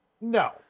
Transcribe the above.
No